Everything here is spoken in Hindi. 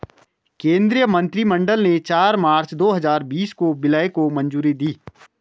केंद्रीय मंत्रिमंडल ने चार मार्च दो हजार बीस को विलय को मंजूरी दी